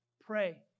Pray